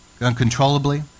uncontrollably